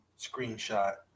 screenshot